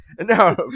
No